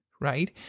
right